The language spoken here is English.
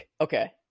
Okay